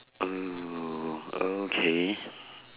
mm okay